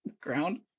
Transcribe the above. ground